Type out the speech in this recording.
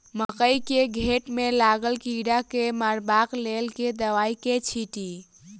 मकई केँ घेँट मे लागल कीड़ा केँ मारबाक लेल केँ दवाई केँ छीटि?